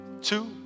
two